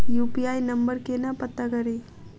UPI number केना पत्ता कड़ी?